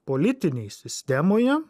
politinėj sistemoje